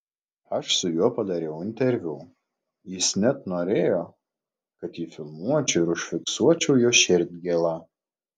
aš su juo padariau interviu jis net norėjo kad jį filmuočiau ir užfiksuočiau jo širdgėlą